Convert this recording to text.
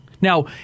Now